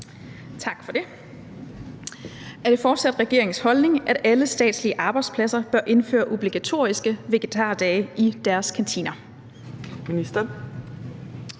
(V)): Er det fortsat regeringens holdning, at alle statslige arbejdspladser bør indføre obligatoriske vegetardage i deres kantiner?